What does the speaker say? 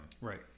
Right